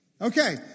Okay